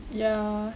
ya